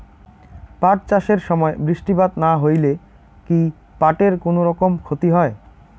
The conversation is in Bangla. পাট চাষ এর সময় বৃষ্টিপাত না হইলে কি পাট এর কুনোরকম ক্ষতি হয়?